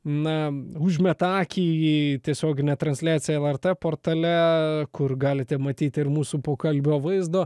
na užmeta akį į tiesioginę transliaciją lrt portale kur galite matyti ir mūsų pokalbio vaizdo